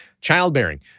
Childbearing